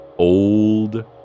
Old